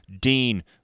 Dean